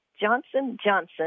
Johnson-Johnson